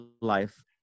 life